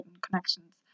connections